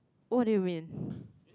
what do you mean